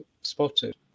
spotted